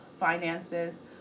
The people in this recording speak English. finances